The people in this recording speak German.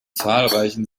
zahlreichen